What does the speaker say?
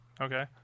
Okay